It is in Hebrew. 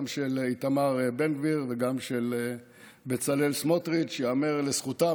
גם של איתמר בן גביר וגם של בצלאל סמוטריץ' שייאמר לזכותם,